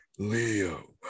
Leo